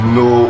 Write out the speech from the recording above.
no